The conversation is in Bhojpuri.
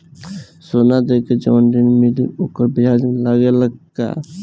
सोना देके जवन ऋण मिली वोकर ब्याज लगेला का?